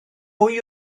mwy